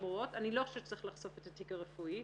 אני לא חושבת שצריך לחשוף את התיק הרפואי.